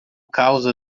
causa